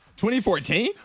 2014